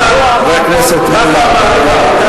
אני אגיד לך, מה עכשיו?